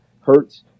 Hurts